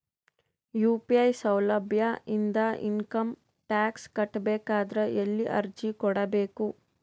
UPI ಸೌಲಭ್ಯ ಇಂದ income tax ಕಟ್ಟಬೇಕಾದರ ಎಲ್ಲಿ ಅರ್ಜಿ ಕೊಡಬೇಕು?